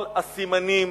כל הסימנים